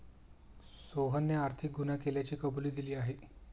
सोहनने आर्थिक गुन्हा केल्याची कबुली दिली आहे